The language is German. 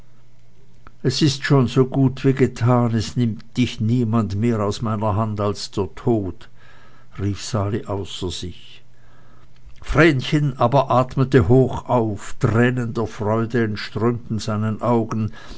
es ist schon so gut wie getan es nimmt dich niemand mehr aus meiner hand als der tod rief sali außer sich vrenchen aber atmete hoch auf tränen der freude entströmten seinen augen